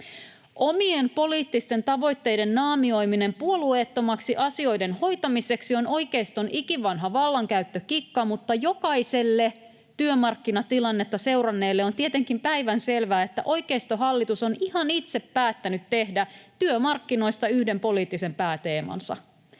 Omien poliittisten tavoitteiden naamioiminen puolueettomaksi asioiden hoitamiseksi on oikeiston ikivanha vallankäyttökikka, mutta jokaiselle työmarkkinatilannetta seuranneelle on tietenkin päivänselvää, että oikeistohallitus on ihan itse päättänyt tehdä työmarkkinoista yhden poliittisen pääteemansa.